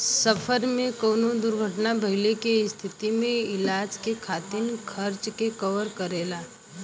सफर में कउनो दुर्घटना भइले के स्थिति में इलाज के खातिर खर्चा के कवर करेला